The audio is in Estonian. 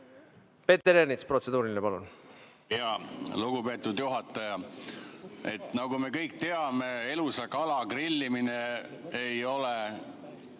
Peeter Ernits, protseduuriline küsimus, palun! Lugupeetud juhataja! Nagu me kõik teame, elusa kala grillimine ei ole